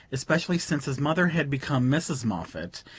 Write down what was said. especially since his mother had become mrs. moffatt,